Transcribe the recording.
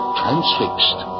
transfixed